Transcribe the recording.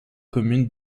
commune